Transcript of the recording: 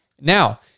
Now